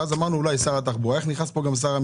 ואז אמרנו שאולי גם שר התחבורה.